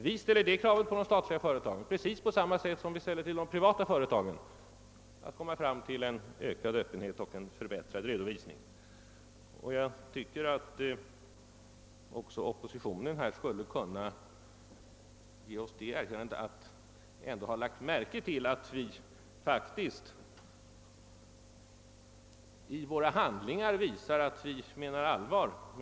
Vi ställer precis samma krav på de statliga företagen som på de privata i fråga om större öppenhet och förbättrad redovisning. Jag tycker att oppositionen här skulle kunna ge oss det erkännandet, att den ändå har lagt märke till att vi i det avseendet menar allvar.